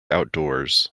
outdoors